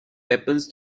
weapons